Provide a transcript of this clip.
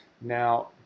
Now